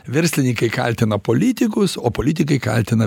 verslininkai kaltina politikus o politikai kaltina